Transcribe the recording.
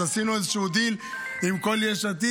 אז עשינו איזשהו דיל עם כל יש עתיד.